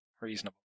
Reasonable